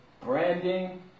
branding